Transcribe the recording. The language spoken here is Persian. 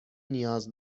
نیاز